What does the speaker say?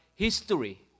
history